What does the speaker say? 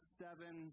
seven